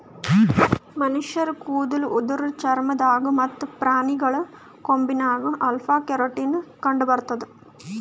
ಮನಶ್ಶರ್ ಕೂದಲ್ ಉಗುರ್ ಚರ್ಮ ದಾಗ್ ಮತ್ತ್ ಪ್ರಾಣಿಗಳ್ ಕೊಂಬಿನಾಗ್ ಅಲ್ಫಾ ಕೆರಾಟಿನ್ ಕಂಡಬರ್ತದ್